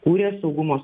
kūrė saugumo